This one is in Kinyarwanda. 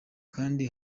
kandi